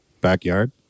backyard